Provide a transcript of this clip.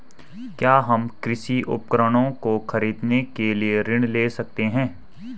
क्या हम कृषि उपकरणों को खरीदने के लिए ऋण ले सकते हैं?